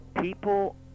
people